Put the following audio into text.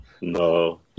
No